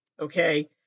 okay